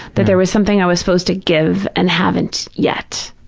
that there was something i was supposed to give and haven't yet.